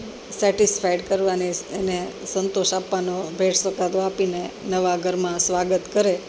satisfied કરવાની એને સંતોષ આપવાનો ભેટ સોગાદો આપીને ેને નવાં ઘરમાં સ્વાગત કરે